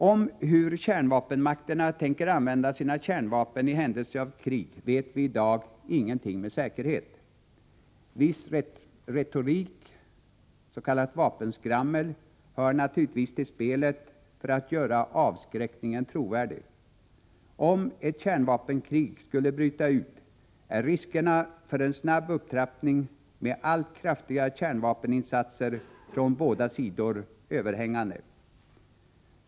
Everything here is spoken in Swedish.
Om hur kärnvapenmakterna tänker använda sina kärnvapen i händelse av krig vet vi i dag ingenting med säkerhet. Viss retorik —s.k. vapenskrammel — hör naturligtvis till spelet för att göra avskräckningen trovärdig. Om ett kärnvapenkrig skulle bryta ut, är riskerna för en snabb upptrappning med allt kraftigare kärnvapeninsatser från båda sidor överhängande.